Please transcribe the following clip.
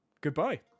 Goodbye